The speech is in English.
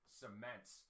cements